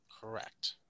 Correct